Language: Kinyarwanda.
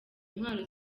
intwaro